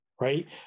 right